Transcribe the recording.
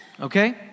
Okay